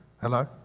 Hello